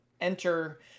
enter